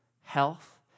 health